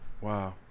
Wow